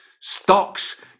stocks